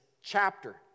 chapter